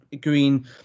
green